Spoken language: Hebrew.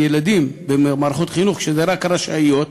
ילדים במערכות חינוך כשזה רק "רשאיות",